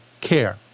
care